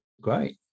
great